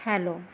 hello